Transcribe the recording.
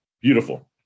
Beautiful